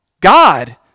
God